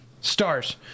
Stars